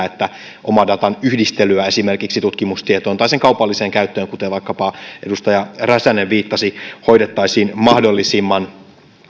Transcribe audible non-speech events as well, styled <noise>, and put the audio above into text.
<unintelligible> että omadatan yhdistelyä esimerkiksi tutkimustietoon tai sen kaupalliseen käyttöön kuten vaikkapa edustaja räsänen viittasi hoidettaisiin mahdollisimman